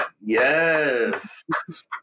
Yes